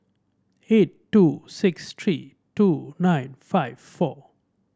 eight two six three two nine five four